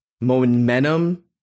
momentum